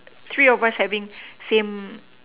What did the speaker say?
three of us having same